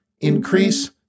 increase